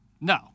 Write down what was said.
No